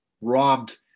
robbed